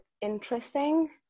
interesting